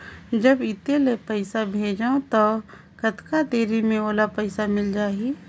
जब इत्ते ले पइसा भेजवं तो कतना देरी मे ओला पइसा मिल जाही?